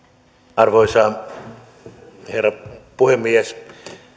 arvoisa herra puhemies